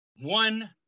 one